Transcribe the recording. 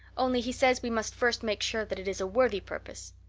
only he says we must first make sure that it is a worthy purpose.